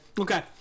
okay